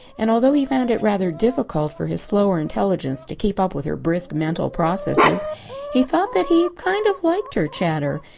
and although he found it rather difficult for his slower intelligence to keep up with her brisk mental processes he thought that he kind of liked her chatter.